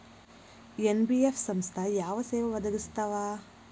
NBF ಸಂಸ್ಥಾ ಯಾವ ಸೇವಾ ಒದಗಿಸ್ತಾವ?